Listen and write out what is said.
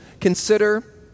consider